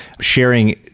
sharing